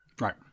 right